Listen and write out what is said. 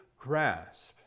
grasp